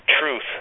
truth